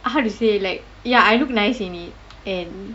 how to say like ya I look nice in it and